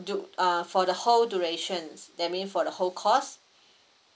du~ uh for the whole durations that mean for the whole course